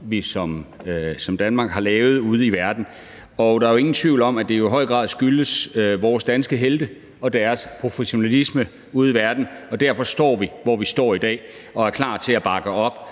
som Danmark har leveret ude i verden. Og der er jo ingen tvivl om, at det i høj grad skyldes vores danske helte og deres professionalisme ude i verden, at vi står, hvor vi står i dag, og er klar til at bakke op